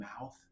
mouth